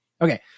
Okay